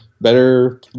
better